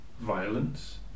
violence